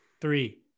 three